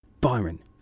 Byron